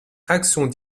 réactions